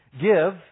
Give